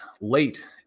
late